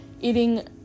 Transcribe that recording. eating